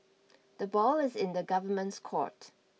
the ball is in the Government's court